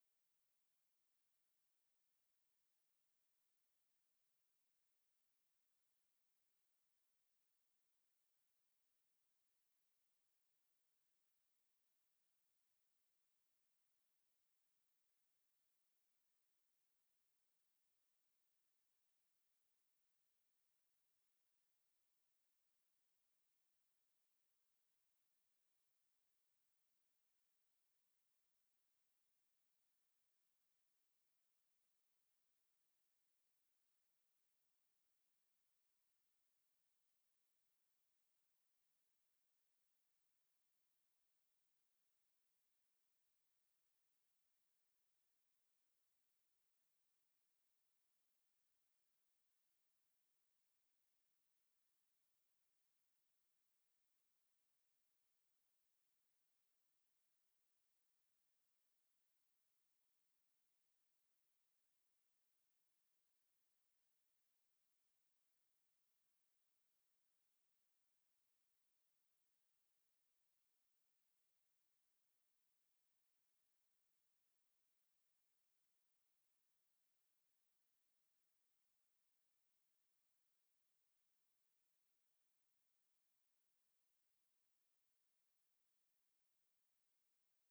Biyel fʊwam na mu nɔlei nən denden nyo kami yɔ nɔɔtəm niyɔ anyim bultəm biyel fʊwamiyɔ jəsa dwamo nən dəm nyo ja ka nən kang win swar ja taltəgo a jam wʊni da fʊi ja mʊr ja swi gən nən na ja be ba ja dəgto wasako kusi ni ja kʊwa gən kʊwai yɔ mʊ nɔlei nən bʊlʊm bʊlʊm nyo a jʊwa bwi jə male nyi yɔ na ja dən kaa jəl nən kwani kamar ja fʊwa jama yəlam fʊwammi na ja dəg təgɔi na kaami a nai sai yəlam na buge na kaami a nɔi nəngɔ jʊn a bwi ja kɔ mi jə dəg jamnile ja fʊwa gəna yəlam fʊwammi la jə dəg tə wasako Kusile wo ja murkagən jəbɔ dwami diso nəba nyuwa ləma nɔɔtəm gənɔ a juwa bwi mən dou mən jəla mə məndi biyel fʊwamo nəngo mə nɔlei yo buti leniyo ja fʊgən fʊ nən nyəm bʊti ja fʊgən kangən ja gwal kʊnli gənɔ ja fʊgən nəngɔ ja fugən a mwei nəngo ja dcgən ja fugən amwai nəngo ja dagən ja deem nəngo ja sa mim tabwalalə nɔ ja tal təgoi nəngo jə nyuwa gəne nən den de nyi mi a da mə wɔi mən bwagən nən tikəkagən mə bwai mwa nyuwa le na biyell fwaləm.